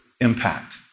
impact